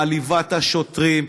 מעליבה את השוטרים,